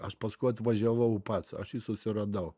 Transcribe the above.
aš paskui atvažiavau pats aš jį susiradau